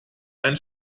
ein